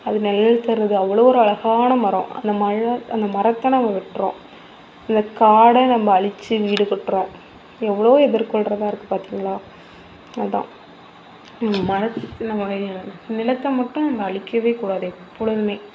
அது நிழல் தருது அவ்வளோ ஒரு அழகான மரம் அந்த மழை அந்த மரத்தை நாம் வெட்டுறோம் அந்த காடை நம்ம அழிச்சு வீடு கட்டுறோம் எவ்வளோ எதிர்கொள்கிற தான் இருக்குது பார்த்தீங்களா அதுதான் மர நம்ம நிலத்தை மட்டும் நம்ம அழிக்கவே கூடாது எப்பொழுதுமே